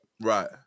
Right